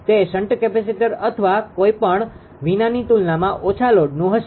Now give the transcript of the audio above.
તે shunt capacitor અથવા કઈ પણ વિનાની તુલનામાં ઓછા લોડનુ હશે